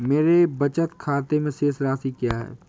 मेरे बचत खाते में शेष राशि क्या है?